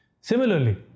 Similarly